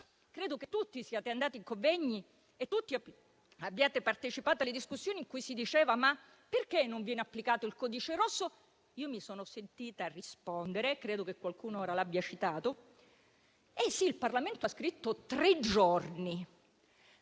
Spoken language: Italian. credo che tutti siate andati a convegni e abbiate partecipato alle discussioni in cui si chiedeva perché non venisse applicato il codice rosso. Io mi sono sentita rispondere - credo che qualcuno ora l'abbia citato - che il Parlamento ha scritto «tre giorni»,